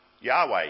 Yahweh